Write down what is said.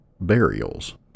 Burials